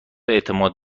اعتماد